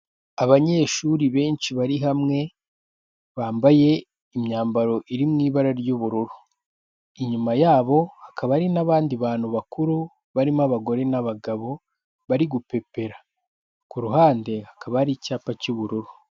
Abanyeshuri benshi bari hamwe, bambaye imyambaro iri mu ibara ry'ubururu. Inyuma yabo hakaba ari n'abandi bantu bakuru barimo abagore n'abagabo, bari gupepera, ku ruhande hakaba hari icyapa cy'ubururu.